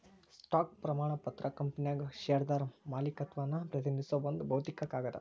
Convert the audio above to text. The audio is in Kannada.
ಸ್ಟಾಕ್ ಪ್ರಮಾಣ ಪತ್ರ ಕಂಪನ್ಯಾಗ ಷೇರ್ದಾರ ಮಾಲೇಕತ್ವವನ್ನ ಪ್ರತಿನಿಧಿಸೋ ಒಂದ್ ಭೌತಿಕ ಕಾಗದ